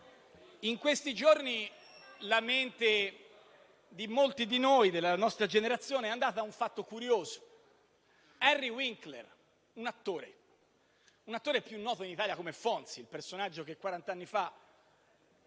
In questi giorni la mente di molti della nostra generazione, è andata a un fatto curioso: Henry Winkler, un attore più noto in Italia come Fonzie, personaggio che impersonava